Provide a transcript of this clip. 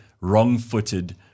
wrong-footed